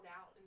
out